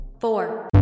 four